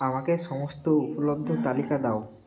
আমাকে সমস্ত উপলব্ধ তালিকা দাও